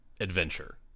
Adventure